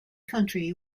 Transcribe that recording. country